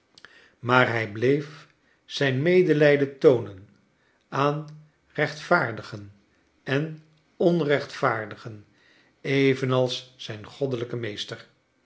maar hij bleef zijn medelijden toonen aan rechtvaardigen en onrechtvaardigen evenals zijn goddelijke meester